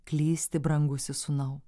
klysti brangusis sūnau